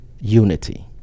unity